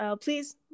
Please